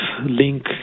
link